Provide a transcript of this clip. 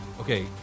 Okay